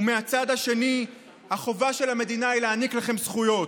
ומהצד השני החובה של המדינה היא להעניק לכם זכויות.